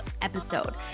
episode